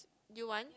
you want